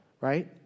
Right